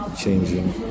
changing